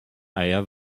eier